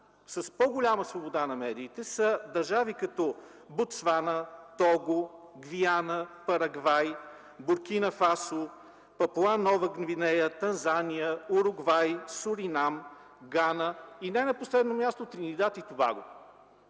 с по-голяма свобода на медиите са държави като Ботсвана, Того, Гвиана, Парагвай, Буркина Фасо, Папуа-Нова Гвинея, Танзания, Уругвай, Суринам, Гана и не на последно място – Тринидад и Тобаго.